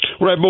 Right